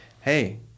hey